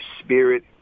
spirit